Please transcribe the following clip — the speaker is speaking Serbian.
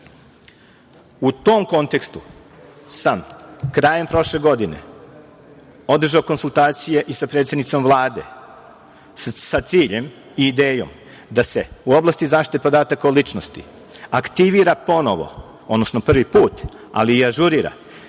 U tom kontekstu sam krajem prošle godine održao konsultacije i sa predsednicom Vlade, sa ciljem i idejom da se u oblasti zaštite podataka o ličnosti aktivira ponovo, odnosno prvi put, ali i ažurira